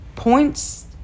points